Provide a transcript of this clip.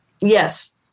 Yes